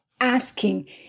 asking